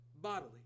bodily